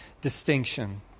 distinction